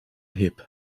hip